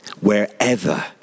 wherever